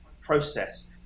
process